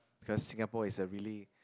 because Singapore is a really